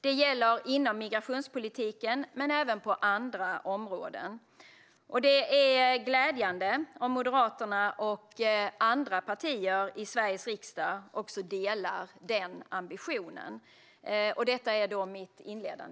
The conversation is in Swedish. Det gäller inom migrationspolitiken men även på andra områden. Det är glädjande om Moderaterna och andra partier i Sveriges riksdag delar den ambitionen.